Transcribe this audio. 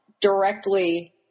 directly